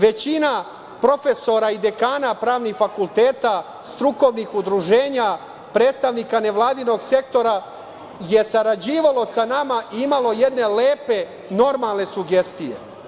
Većina profesora i dekana pravnih fakulteta, strukovnih udruženja, predstavnika nevladinog sektora je sarađivalo sa nama i imalo jedne lepe, normalne sugestije.